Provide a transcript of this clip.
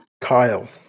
Kyle